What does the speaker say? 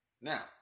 Now